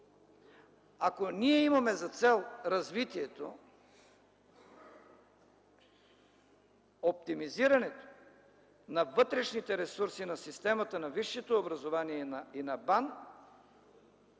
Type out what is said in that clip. Ако ние имаме за цел развитието, оптимизирането на вътрешните ресурси на системата на висшето образование и на БАН,